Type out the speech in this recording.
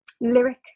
lyric